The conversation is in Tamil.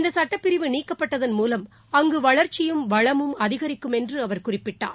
இந்தசட்டப்பிரிவு நீக்கப்பட்டதன் மூலம் அங்குவளர்ச்சியும் வளமும் அதிகரிக்கும் என்றுஅவர் குறிப்பிட்டார்